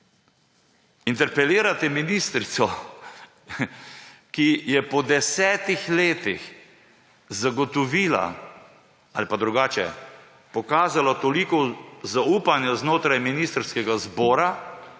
Interpelirati ministrico, ki je po 10 letih zagotovila ali pa drugače – pokazala toliko zaupanja znotraj ministrskega zbora